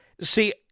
See